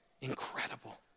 Incredible